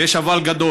ויש אבל גדול: